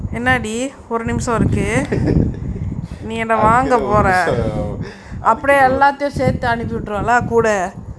அதுக்குன்னு ஒரு நிமிஷம் அதுக்குன்னு ஒரு:athukunnu oru nimisham athukunnu oru